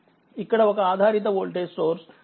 ఇక్కడ ఒక ఆధారితవోల్టేజ్సోర్స్10 ix| ఉంది